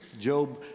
Job